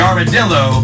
Armadillo